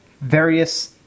various